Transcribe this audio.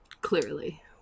Clearly